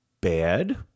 Bad